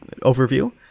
overview